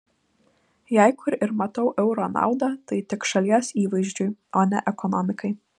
jei kur ir matau euro naudą tai tik šalies įvaizdžiui o ne ekonomikai